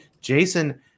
jason